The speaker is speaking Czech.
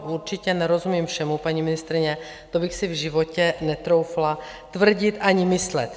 Určitě nerozumím všemu, paní ministryně, to bych si v životě netroufla tvrdit ani myslet.